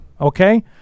Okay